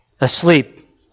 Asleep